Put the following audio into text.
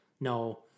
No